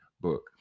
book